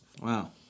Wow